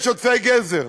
יש עודפי גזר.